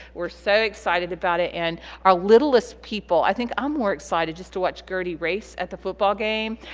we're so excited about it and our littlest people i think i'm more excited just to watch gertie race at the football game